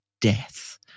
death